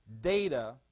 data